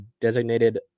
designated